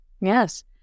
Yes